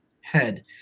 head